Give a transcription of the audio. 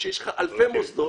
כשיש לך אלפי מוסדות.